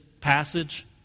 passage